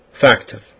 factor